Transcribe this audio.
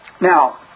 Now